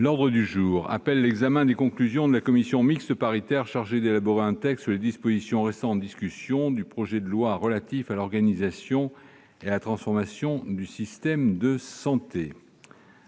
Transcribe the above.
L'ordre du jour appelle l'examen des conclusions de la commission mixte paritaire chargée d'élaborer un texte sur les dispositions restant en discussion du projet de loi relatif à l'organisation et à la transformation du système de santé